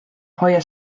hoia